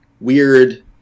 weird